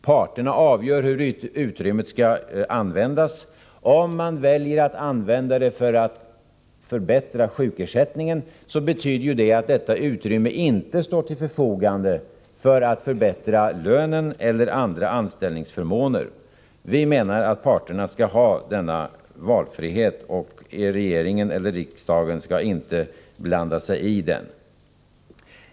Parterna avgör hur utrymmet skall användas. Om man väljer att utnyttja utrymmet för att förbättra sjukersättningen, betyder det att det inte står till förfogande för att förbättra lönen eller andra anställningsförmåner. Vi menar att parterna skall ha denna valfrihet; regeringen eller riksdagen skall inte blanda sig i det.